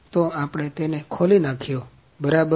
તો આપણે તેને ખોલી નાખ્યો બરાબર